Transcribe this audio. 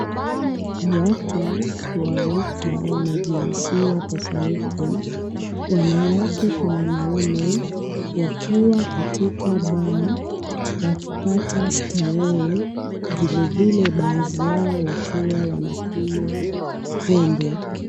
Watu wa rika na jinsia tofauti, wanawake kwa wanaume, wakiwa katika baa, wakipata starehe, vilevile baadhi yao wakiwa wanakunywa pombe.